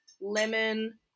lemon